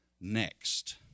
next